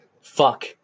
fuck